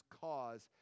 cause